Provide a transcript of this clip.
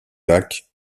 lac